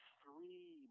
three